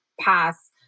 pass